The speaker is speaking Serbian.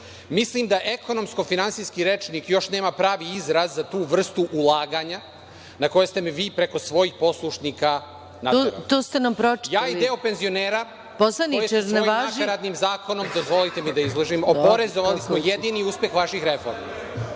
Mislim da ekonomsko-finansijski rečnik još nema pravi izraz za tu vrstu ulaganja na koju ste me preko svojih poslušnika naterali. Ja i deo penzionera, koje ste svojim nakaradnim zakonom oporezovali, smo jedini uspeh vaših reformi.